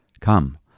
Come